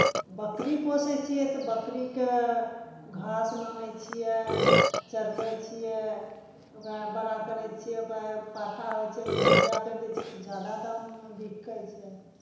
बकरी पोसै छियै तऽ बकरीके घास लानै छियै चरबै छियै ओकरा बड़ा करै छियै ओकरा पाठा होइ छै ओकरा बधिया करि दै छियै तऽ जादा दाममे बिकै छै